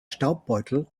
staubbeutel